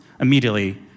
immediately